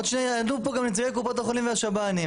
עוד שנייה יענו פה גם נציגי קופות החולים והשב"נים.